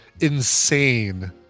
insane